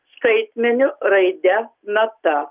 skaitmeniu raide nata